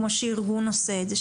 כמו שארגון עושה את זה,